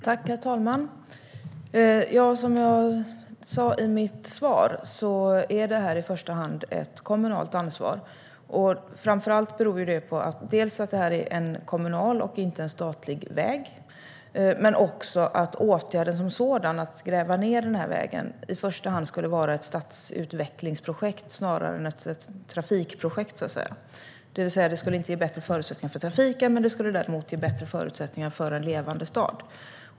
Herr talman! Som jag sa i mitt svar är detta i första hand ett kommunalt ansvar. Det beror framför allt på att det är en kommunal, och inte en statlig, väg. Åtgärden som sådan, att gräva ned vägen, skulle i första hand vara ett stadsutvecklingsprojekt snarare än ett trafikprojekt. Åtgärden skulle då inte ge bättre förutsättningar för trafiken, men det skulle däremot ge bättre förutsättningar för en levande stad.